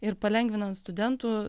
ir palengvinant studentų